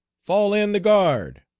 fall in the guard.